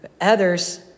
Others